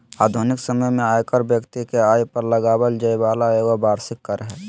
आधुनिक समय में आयकर व्यक्ति के आय पर लगाबल जैय वाला एगो वार्षिक कर हइ